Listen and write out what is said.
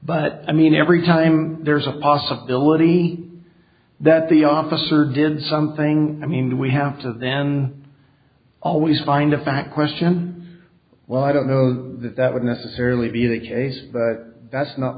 but i mean every time there's a possibility that the officer did something i mean we have to than always find a fact question well i don't know that that would necessarily be the case but that's not